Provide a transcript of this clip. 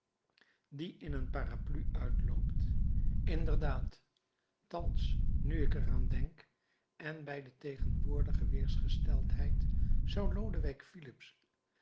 die in een parapluie uitloopt inderdaad thans nu ik er aan denk en bij de tegenwoordige weersgesteldheid zou lodewijk filips